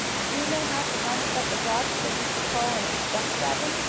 do you know how to harness up a dog so he could pull an express wagon?